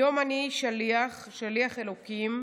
היום אני שליח, שליח אלוקים,